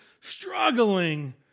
struggling